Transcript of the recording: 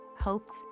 hopes